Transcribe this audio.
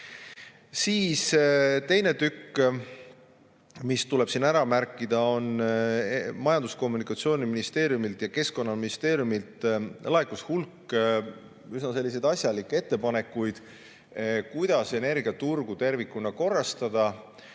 Siis teine tükk, mis tuleb siin ära märkida, on see, et Majandus- ja Kommunikatsiooniministeeriumilt ning Keskkonnaministeeriumilt laekus hulk üsna asjalikke ettepanekuid, kuidas energiaturgu tervikuna korrastada.